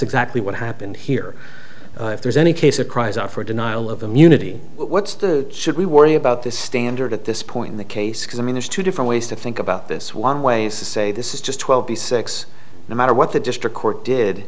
exactly what happened here if there's any case or cries out for a denial of immunity what's the should we worry about this standard at this point in the case because i mean there's two different ways to think about this one way is to say this is just twelve b six no matter what the district court did